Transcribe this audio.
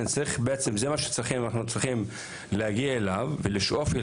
ולזה אנחנו צריכים להגיע ולשאוף,